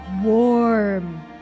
warm